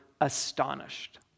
astonished